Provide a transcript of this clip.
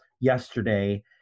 yesterday